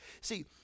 See